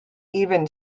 even